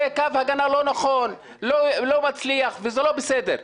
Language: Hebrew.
זה קו הגנה לא נכון, לא מצליח וזה לא בסדר.